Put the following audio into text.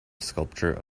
sculpture